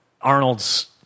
Arnold's